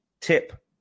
Tip